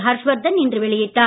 ஹர்ஷ்வர்தன் இன்று வெளியிட்டார்